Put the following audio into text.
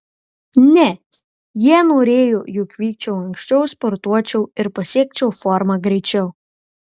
ne jie norėjo jog vykčiau anksčiau sportuočiau ir pasiekčiau formą greičiau